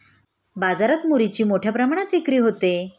बाजारात मुरीची मोठ्या प्रमाणात विक्री होते